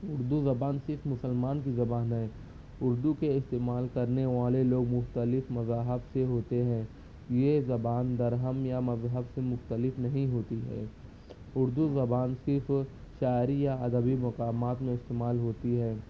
اردو زبان صرف مسلمان کی زبان ہے اردو کے استعمال کرنے والے لوگ مختلف مذاہب سے ہوتے ہیں یہ زبان درہم یا مذہب سے مختلف نہیں ہوتی ہے اردو زبان صرف شاعری یا ادبی مقامات میں استعمال ہوتی ہے